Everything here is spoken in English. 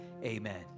Amen